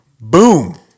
boom